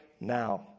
now